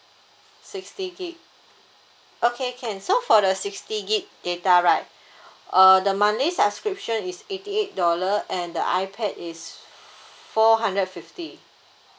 sixty gig okay can so for the sixty gig data right uh the monthly subscription is eighty eight dollar and the ipad is four hundred fifty